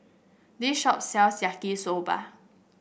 this shop sells Yaki Soba